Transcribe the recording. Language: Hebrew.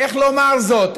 איך לומר זאת,